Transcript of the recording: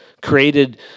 Created